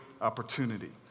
opportunity